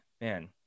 man